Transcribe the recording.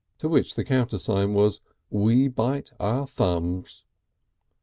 to which the countersign was we bite our thumbs.